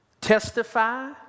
Testify